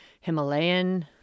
Himalayan